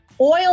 oil